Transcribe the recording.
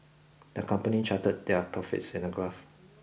the company charted their profits in a graph